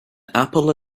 apple